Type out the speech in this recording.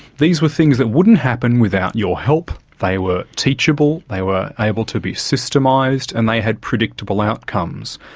these were things that wouldn't happen without your help. they were teachable, they were able to be systemised and they had predictable outcomes.